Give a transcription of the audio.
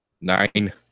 Nine